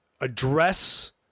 address